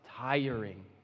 tiring